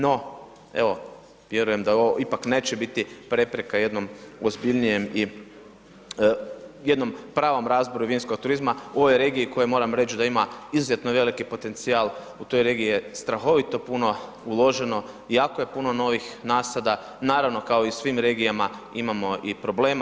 No evo vjerujem da ovo ipak neće biti prepreka jednom ozbiljnijem i, jednom pravom razvoju vinskog turizma u ovoj regiji koji moram reći da ima izuzetno veliki potencijal, u toj regiji je strahovito puno uloženo, jako je puno novih nasada, naravno kao i u svim regijama imamo i problema.